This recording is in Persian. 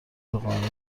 قانونی